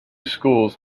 schools